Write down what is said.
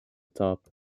top